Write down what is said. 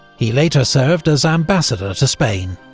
he later served as ambassador to spain.